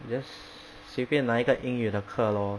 just 随便拿一个英语的课 lor